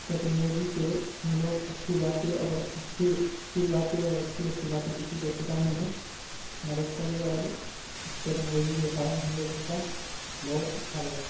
technology سے ہم لوگ اچھی باتیں اور اچھی اچھی باتیں اور اچھی اچھی باتیں کسی کو سکھانے میں مدد کرے اور اس ٹیکنالوجی کے کارن ہم لوگ اس کا بہت اچھا لگا